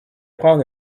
prendre